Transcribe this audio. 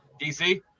dc